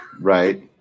Right